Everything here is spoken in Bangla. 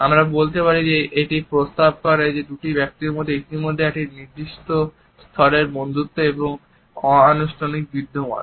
আমরা বলতে পারি যে এটি প্রস্তাব করে যে দুটি ব্যক্তির মধ্যে ইতিমধ্যেই একটি নির্দিষ্ট স্তরের বন্ধুত্ব এবং অনানুষ্ঠানিকতা বিদ্যমান